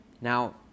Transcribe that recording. Now